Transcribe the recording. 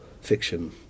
fiction